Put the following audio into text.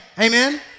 Amen